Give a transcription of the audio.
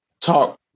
talk